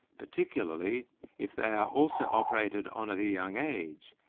particularly if they are also operated on at a young age,